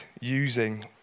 using